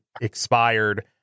expired